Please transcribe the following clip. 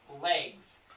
legs